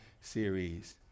series